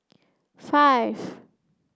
five